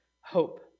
hope